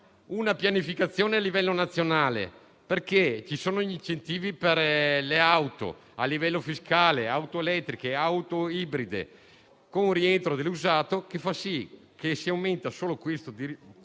una pianificazione a livello nazionale. Ci sono gli incentivi per le auto a livello fiscale (auto elettriche e auto ibride, con rientro dell'usato), che fanno sì che si aumenti solo questo tipo